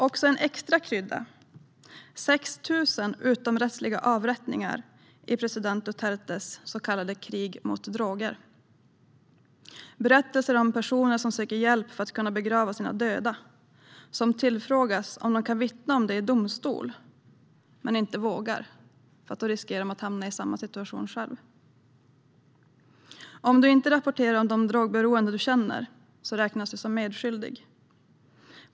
Och som en extra krydda sker 6 000 utomrättsliga avrättningar i president Dutertes så kallade krig mot droger. Jag fick höra berättelser om personer som söker hjälp för att kunna begrava sina döda, som tillfrågas om de kan vittna om det i domstol men inte vågar, för då riskerar de själva att hamna i samma situation. Om man inte rapporterar om de drogberoende man känner räknas man som medskyldig.